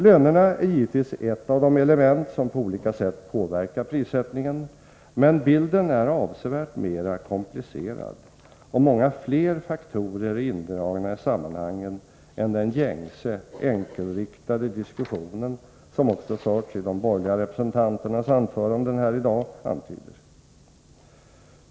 Lönerna är givetvis ett av de element som på olika sätt påverkar prissättningen, men bilden är avsevärt mera komplicerad, och många fler faktorer är indragna i sammanhangen än den gängse, enkelriktade diskussionen, som förts också i de borgerliga representanternas anföranden i dag, antyder.